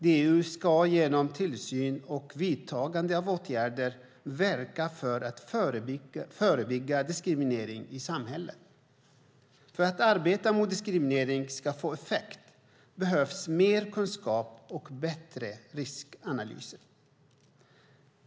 DO ska genom tillsyn och vidtagande av åtgärder verka för att förebygga diskriminering i samhället. För att arbetet mot diskriminering ska få effekt behövs mer kunskap och bättre riskanalyser.